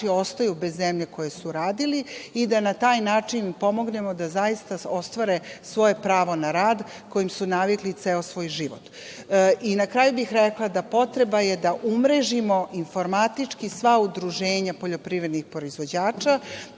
ostaju bez zemlje koju su radili i da na taj način pomognemo da zaista ostvare svoje pravo na rad kojim su navikli ceo svoj život. Na kraju bih rekla da je potreba da umrežimo informatički sva udruženja poljoprivrednih proizvođača.